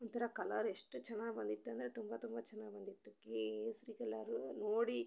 ಒಂಥರ ಕಲರ್ ಎಷ್ಟು ಚೆನ್ನಾಗಿ ಬಂದಿತ್ತಂದರೆ ತುಂಬ ತುಂಬ ಚೆನ್ನಾಗಿ ಬಂದಿತ್ತು ಕೇಸರಿ ಕಲರು ನೋಡಿ